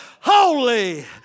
holy